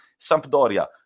Sampdoria